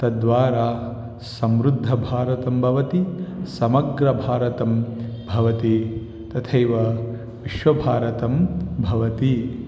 तद्वारा समृद्धभारतं भवति समग्रभारतं भवति तथैव विश्वभारतं भवति